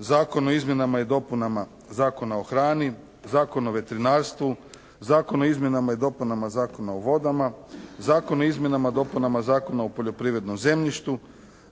Zakon o izmjenama i dopunama Zakona o hrani, Zakon o veterinarstvu, Zakon o izmjenama i dopunama Zakona o vodama, Zakon o izmjenama i dopunama Zakona o poljoprivrednom zemljištu,